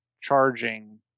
charging